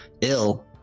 ill